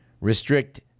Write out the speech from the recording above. restrict